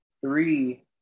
three